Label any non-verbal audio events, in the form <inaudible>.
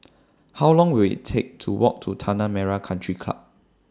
<noise> How Long Will IT Take to Walk to Tanah Merah Country Club